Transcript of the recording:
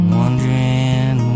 wondering